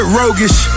roguish